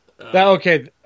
Okay